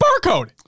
Barcode